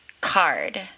card